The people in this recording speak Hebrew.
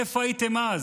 איפה הייתם אז?